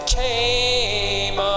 came